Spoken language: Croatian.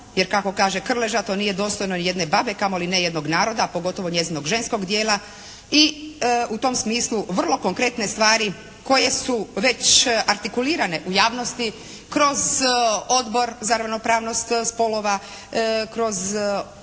jer kako kaže Krleža, to nije dostojno ni jedne babe, kamoli ne jednog naroda, pogotovo njezinog ženskog dijela i u tom smislu vrlo konkretne stvari koje su već artikulirane u javnosti kroz Odbor za ravnopravnost spolova, kroz određene